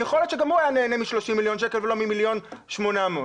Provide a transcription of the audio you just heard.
יכול להיות שגם הוא היה נהנה מ-30 מיליון שקל ולא ממיליון ו-800 אלף.